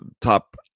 top